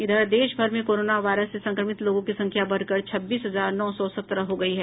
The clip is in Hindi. इधर देश भर में कोरोना वायरस से संक्रमित लोगों की संख्या बढ़कर छब्बीस हजार नौ सौ सत्रह हो गयी है